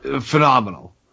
phenomenal